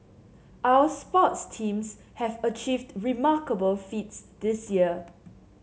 our sports teams have achieved remarkable feats this year